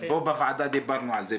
פה בוועדה דיברנו על זה,